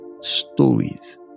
stories